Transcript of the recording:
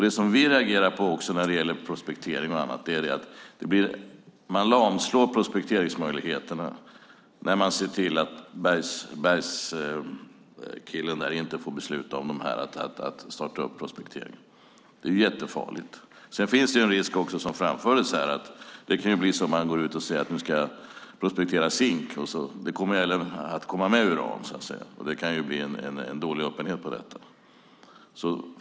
Det som vi reagerar på är att man lamslår prospekteringsmöjligheterna när man ser till att bergskillen inte får besluta om att starta upp prospektering. Det är jättefarligt. Sedan finns det en risk som framfördes, nämligen att det kommer med uran även om man säger att man ska prospektera zink. Det kan bli dålig öppenhet då.